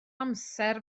amser